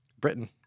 Britain